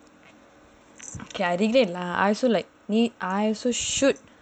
curry lah I so like need I also shoot